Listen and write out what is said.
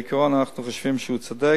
בעיקרון, אנחנו חושבים שהוא צודק.